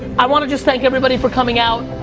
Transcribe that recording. i wanna just thank everybody for coming out,